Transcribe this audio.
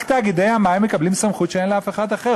רק תאגידי המים מקבלים סמכות שאין לאף אחד אחר,